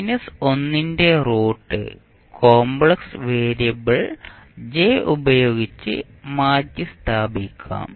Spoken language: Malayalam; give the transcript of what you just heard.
1 ന്റെ റൂട്ട് കോമ്പ്ലെക്സ് വേരിയബിൾ j ഉപയോഗിച്ച് മാറ്റിസ്ഥാപിക്കാം